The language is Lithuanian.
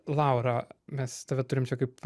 laura mes tave turim čia kaip